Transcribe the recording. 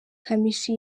kamichi